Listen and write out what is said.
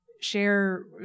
share